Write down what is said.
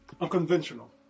Unconventional